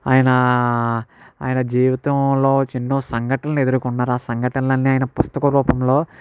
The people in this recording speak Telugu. ఆయనా ఆయన జీవితంలో ఎన్నో సంఘటనలు ఎదుర్కొన్నారు ఆ సంఘటనలు అన్నీ ఆయన పుస్తక రూపంలో